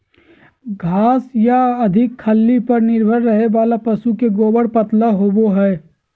हरा घास या अधिक खल्ली पर निर्भर रहे वाला पशु के गोबर पतला होवो हइ